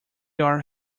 are